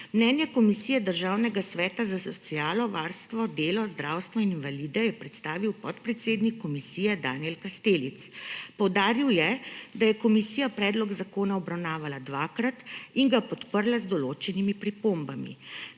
Mnenje Komisije Državnega sveta za socialno varstvo, delo, zdravstvo in invalide je predstavil podpredsednik komisije Danijel Kastelic. Poudaril je, da je komisija predlog zakona obravnavala dvakrat in ga podprla z določenimi pripombami.